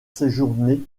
séjourné